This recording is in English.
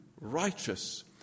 righteous